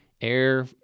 Air